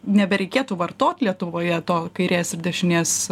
nebereikėtų vartoti lietuvoje to kairės ir dešinės